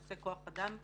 בנושא כוח-אדם.